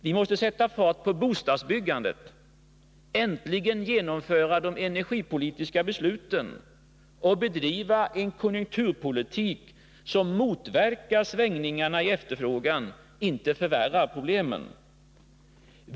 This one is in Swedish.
Vi måste sätta fart på bostadsbyggandet, äntligen genomföra de energipolitiska besluten och bedriva en konjunkturpolitik som motverkar svängningarna i efterfrågan —- inte förvärrar problemen.